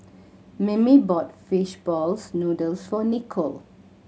Mimi brought fish balls noodles for Nicolle